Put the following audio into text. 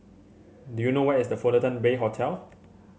do you know where is The Fullerton Bay Hotel